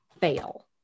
fail